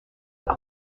rue